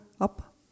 up